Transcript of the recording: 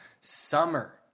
summer